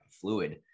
fluid